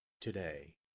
today